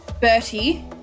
Bertie